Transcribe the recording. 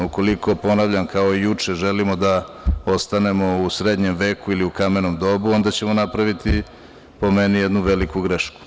Ukoliko, ponavljam, kao i juče, želimo da postanemo u srednjem veku ili u kamenom dobu, onda ćemo napraviti, po meni, jednu veliku grešku.